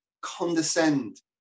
condescend